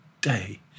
day